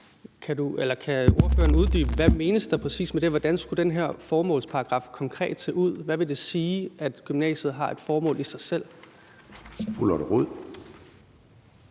Kan ordføreren uddybe, hvad der præcis menes med det? Hvordan skulle den her formålsparagraf konkret se ud? Hvad vil det sige, at gymnasiet har et formål i sig selv? Kl.